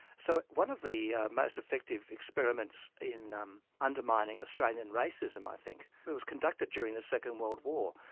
so one of the most effective experiments in um undermining australian racism i think, was conducted during the second world war.